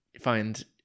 find